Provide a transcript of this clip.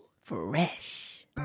fresh